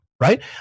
right